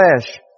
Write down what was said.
flesh